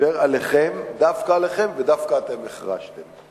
שדיבר עליכם, דווקא עליכם, ודווקא אתם החרשתם.